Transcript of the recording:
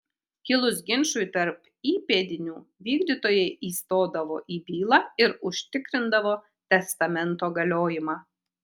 kilus ginčui tarp įpėdinių vykdytojai įstodavo į bylą ir užtikrindavo testamento galiojimą